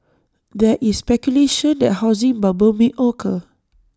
there is speculation that A housing bubble may occur